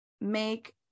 make